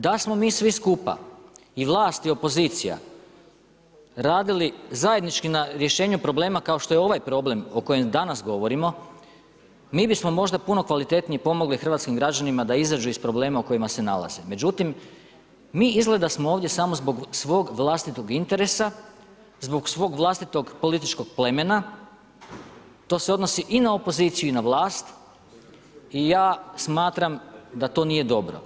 Da smo mi svi skupa, i vlast i opozicija, radili zajednički na rješenju problema kao što je ovaj problem o kojem danas govorimo, mi bismo možda puno kvalitetnije pomogli hrvatskim građanima da izađu iz problema u kojima se nalaze, međutim mi izgleda smo ovdje samo zbog svog vlastitog interesa, zbog svog vlastitog političkog plemena, to se odnosi i na opoziciju i na vlast i ja smatram da to nije dobro.